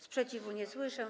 Sprzeciwu nie słyszę.